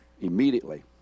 Immediately